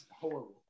horrible